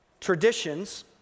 traditions